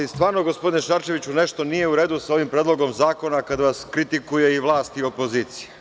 Stvarno, gospodine Šarčeviću, nešto nije u redu sa ovim Predlogom zakona kada vas kritikuje i vlast i opozicija.